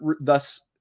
thus